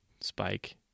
spike